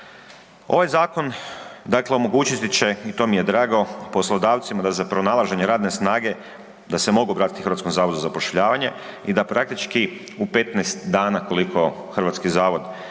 Ovaj zakon dakle omogućiti će i to mi je drago, poslodavcima da za pronalaženje radne snage da se mogu obratiti HZZ-u i da praktički u 15 dana koliko HZZ ima